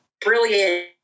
brilliant